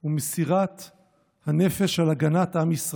הוא מסירות נפש, הוא מסירת הנפש על הגנת עם ישראל.